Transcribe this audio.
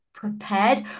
prepared